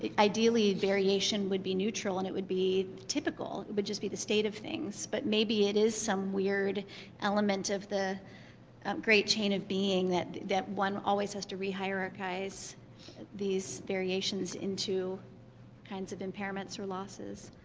ideally, variation would be neutral. and it would be typical. it would just be the state of things. but maybe it is some weird element of the great chain of being that that one always has to re-hierarchize these variations into kinds of impairments or losses.